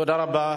תודה רבה,